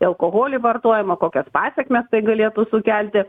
į alkoholį vartojimą kokias pasekmes tai galėtų sukelti